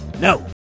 No